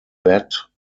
bat